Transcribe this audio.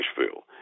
Nashville